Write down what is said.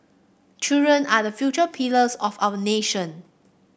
children are the future pillars of our nation